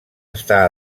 està